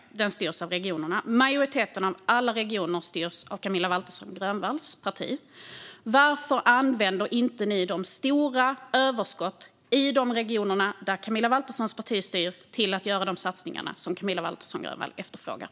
Den styrs av regionerna, och majoriteten av alla regioner styrs av Camilla Waltersson Grönvalls parti. Varför använder inte Camilla Waltersson Grönvalls parti de stora överskotten i de regioner där de styr till att göra de satsningar som Camilla Waltersson Grönvall efterfrågar?